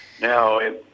Now